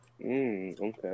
Okay